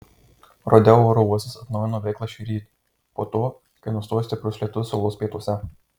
rodeo oro uostas atnaujino veiklą šįryt po to kai nustojo stiprus lietus salos pietuose